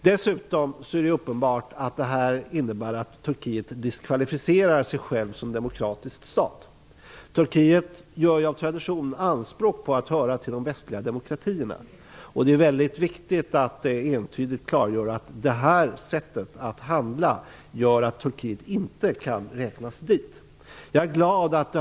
Desutom är det uppenbart att det här innebär att Turkiet diskvalificerar sig självt som demokratisk stat. Turkiet gör ju av tradition anspråk på att höra till de västliga demokratierna. Det är därför mycket viktigt att entydigt klargöra att det här sättet att handla gör att Turkiet inte kan räknas till den gruppen av länder.